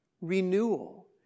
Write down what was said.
renewal